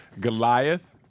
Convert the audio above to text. Goliath